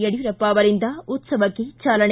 ಯಡಿಯೂರಪ್ಪ ಅವರಿಂದ ಉತ್ಸವಕ್ಕೆ ಚಾಲನೆ